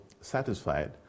satisfied